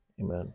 Amen